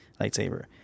lightsaber